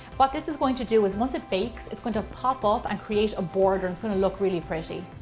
what this is going to do is once it bakes, it's going to pop up and create a border, it's gonna look really pretty.